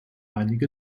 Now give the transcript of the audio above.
einige